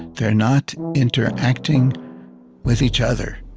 they're not interacting with each other.